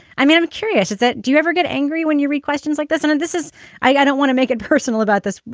i mean, i'm curious. is it. do you ever get angry when you read questions like this? and and this is i don't want to make it personal about this.